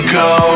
go